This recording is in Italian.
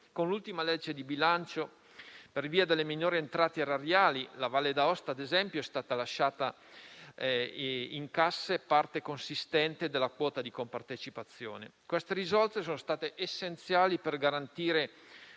Con l'ultima legge di bilancio, per via delle minori entrate erariali, nella Valle d'Aosta ad esempio è stata lasciata in cassa parte consistente della quota di compartecipazione. Queste risorse sono state essenziali per garantire